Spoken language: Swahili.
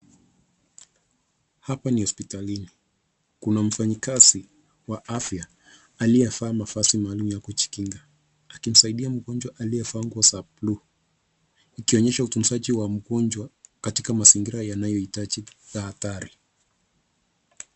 Hapa ni hospitalini, kuna mfanyikazi wa afya aliyevaa mavazi maalum ya kujikinga akimsaidia mgonjwa aliyevaa nguo za blue ikionyesha utunzaji wa mgonjwa katika mazingira yanayohitaji tahadhari.